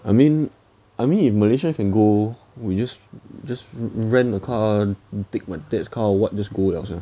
I mean I mean if malaysia can go we just just rent a car take my dad's car or what just go liao sia